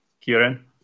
kieran